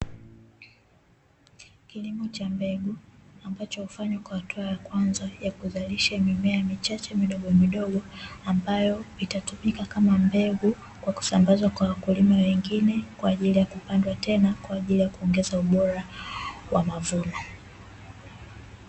Kilimo cha mbegu ambacho hufanywa kwa hatua ya kwanza ya kuzalisha mimea michache midogomidogo, ambayo itatumika kama mbegu kwa kusambazwa kwa wakulima wengine, kwa ajili ya kupandwa tena kwa ajili ya kuongeza ubora wa mavuno.